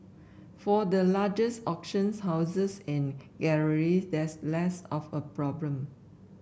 for the largest auction houses and galleries that's less of a problem